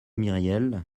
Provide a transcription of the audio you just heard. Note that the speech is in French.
myriel